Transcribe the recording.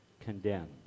condemned